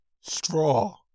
straw